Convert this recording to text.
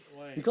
why